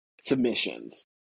submissions